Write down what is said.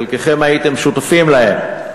חלקכם הייתם שותפים להן,